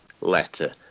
letter